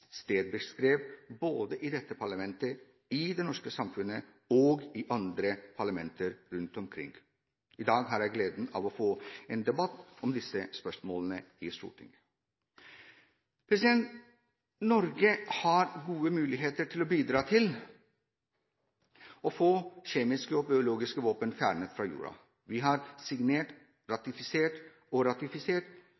både i dette parlamentet, i det norske samfunnet og i andre parlamenter rundt i verden. I dag har jeg gleden av å få en debatt om disse spørsmålene i Stortinget. Norge har gode muligheter til å bidra til å få kjemiske og biologiske våpen fjernet fra jorden. Vi har signert